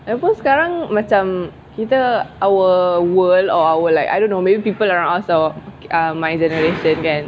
lagipun sekarang macam kita our world or our like I don't know maybe people around us or my generation kan